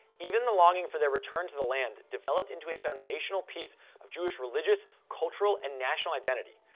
even the longing for their return to the land developed into a foundational piece of jewish religious, cultural, and national identity.